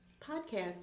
podcast